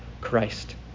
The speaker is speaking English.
Christ